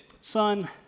Son